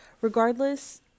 Regardless